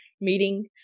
meeting